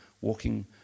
walking